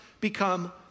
become